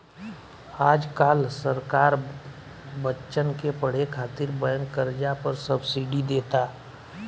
आज काल्ह सरकार बच्चन के पढ़े खातिर बैंक कर्जा पर सब्सिडी देता